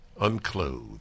unclothed